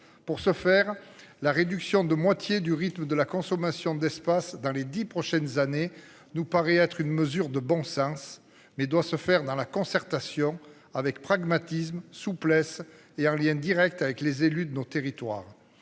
Pour ce faire, la réduction de moitié du rythme de la consommation d'espace dans les 10 prochaines années, nous paraît être une mesure de bon sens, mais doit se faire dans la concertation avec pragmatisme, souplesse et en lien Direct avec les élus de nos territoires.